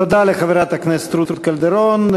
תודה לחברת הכנסת רות קלדרון.